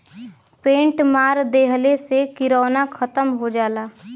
paint मार देहले से किरौना खतम हो जाला